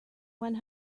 one